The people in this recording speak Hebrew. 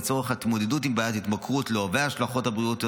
ולצורך התמודדות עם בעיית ההתמכרות לו וההשלכות הבריאותיות